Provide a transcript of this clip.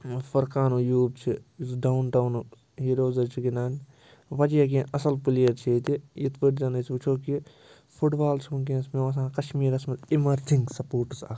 فرقان ایوٗب چھِ یُس ڈاوُن ٹاونُک ہیٖروز حظ چھِ گِنٛدان واریاہ کیٚنٛہہ اَصٕل پٕلیر چھِ ییٚتہِ یِتھ پٲٹھۍ زَن أسۍ وٕچھو کہِ فُٹ بال چھُ وٕنۍکٮ۪نَس مےٚ باسان کَشمیٖرَس منٛز اِمَرجِنٛگ سَپوٹٕس اَکھ